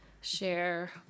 share